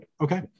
Okay